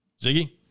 Ziggy